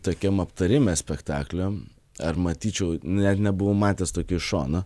tokiam aptarime spektaklio ar matyčiau net nebuvau matęs tokio iš šono